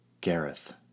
Gareth